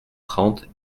trente